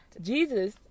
Jesus